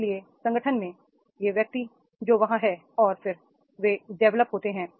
इसलिए संगठन में ये व्यक्तिजो वहां हैं और फिर वे डेवलप होते हैं